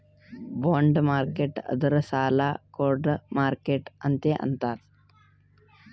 bond market ಅಂದುರ್ ಸಾಲಾ ಕೊಡ್ಡದ್ ಮಾರ್ಕೆಟ್ ಅಂತೆ ಅಂತಾರ್